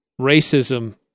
racism